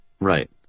right